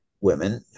women